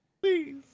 please